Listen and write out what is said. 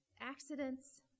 accidents